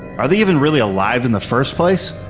are they even really alive in the first place?